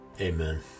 amen